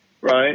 Right